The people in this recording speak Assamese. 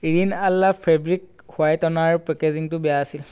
ৰিন আলা ফেব্ৰিক হোৱাইটনাৰ পেকেজিঙটো বেয়া আছিল